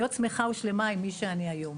להיות שמחה ושלמה עם מי שאני היום.